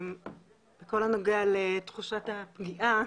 בכל הנוגע לתחושת הפגיעה,